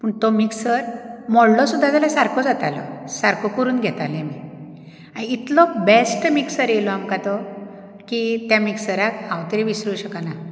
पूण तो मिक्सर मोडलो सुद्दां जाल्यार सारको जातालो सारको करून घेताली आमी इतलो बेस्ट मिक्सर येयलो आमकां तो की त्या मिक्सराक हांव तरी विसरूं शकना